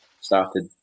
started